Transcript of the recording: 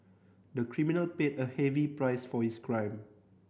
the criminal paid a heavy price for his crime